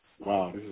wow